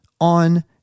on